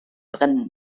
brennen